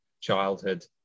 childhood